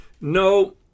No